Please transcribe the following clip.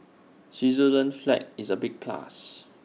Switzerland's flag is A big plus